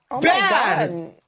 Bad